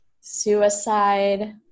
suicide